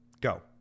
Go